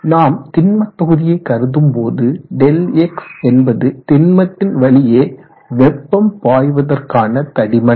நாம் திண்மக் தொகுதியை கருதும்போது Δx என்பது திண்மத்தின் வழியே வெப்பம் பாய்வதற்கான தடிமன்